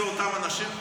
זה אותם אנשים?